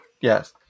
Yes